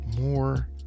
more